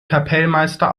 kapellmeister